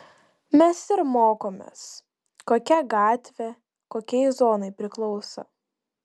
mes ir mokomės kokia gatvė kokiai zonai priklauso